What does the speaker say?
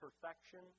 perfection